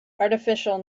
artificial